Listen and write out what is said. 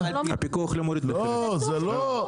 זה לא,